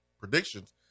predictions